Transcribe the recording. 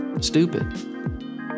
stupid